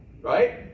right